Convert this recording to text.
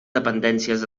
dependències